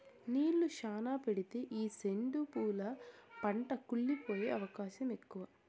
నీళ్ళు శ్యానా పెడితే ఈ సెండు పూల పంట కుళ్లి పోయే అవకాశం ఎక్కువ